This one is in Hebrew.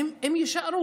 הן יישארו.